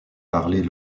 parlers